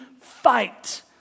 fight